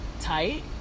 tight